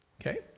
Okay